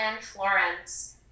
Florence